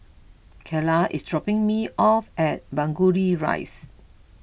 Carla is dropping me off at Burgundy Rise